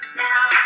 now